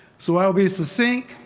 so i will be succinct,